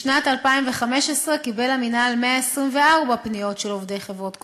בשנת 2015 קיבל המינהל 124 פניות של עובדי חברות כוח-אדם.